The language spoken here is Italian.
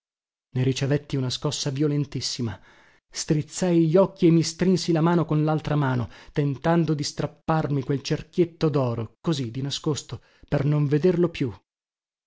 ne ricevetti una scossa violentissima strizzai gli occhi e mi strinsi la mano con laltra mano tentando di strapparmi quel cerchietto doro così di nascosto per non vederlo più